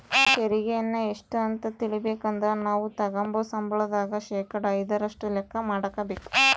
ತೆರಿಗೆಯನ್ನ ಎಷ್ಟು ಅಂತ ತಿಳಿಬೇಕಂದ್ರ ನಾವು ತಗಂಬೋ ಸಂಬಳದಾಗ ಶೇಕಡಾ ಐದರಷ್ಟು ಲೆಕ್ಕ ಮಾಡಕಬೇಕು